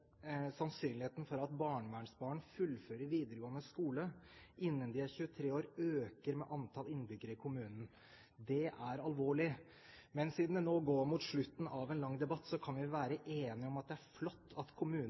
sannsynligheten for at barnevernsbarn fullfører videregående skole innen de er 23 år, øker med antall innbyggere i kommunen. Det er alvorlig. Siden det nå går mot slutten av en lang debatt, kan vi være enige om at det er flott at kommunene